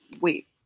wait